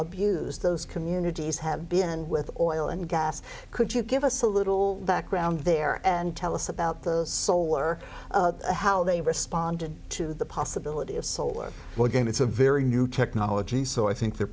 those communities have been with oil and gas could you give us a little background there and tell us about the solar how they responded to the possibility of solar but again it's a very new technology so i think they're